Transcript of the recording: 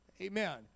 Amen